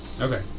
Okay